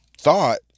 thought